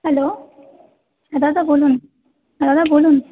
hello দাদা বলুন দাদা বলুন